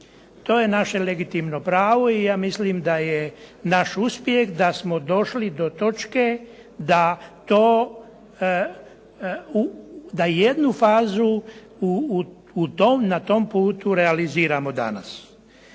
To je naše legitimno pravo i ja mislim da je naš uspjeh da smo došli do točke da jednu fazu na tom putu realiziramo danas.